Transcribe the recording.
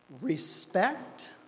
Respect